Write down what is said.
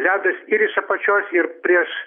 ledas ir iš apačios ir prieš